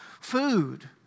food